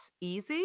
easy